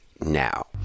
now